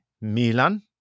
Milan